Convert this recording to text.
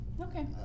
Okay